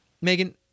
Megan